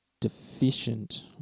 deficient